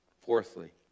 Fourthly